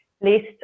list